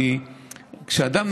כי אדם,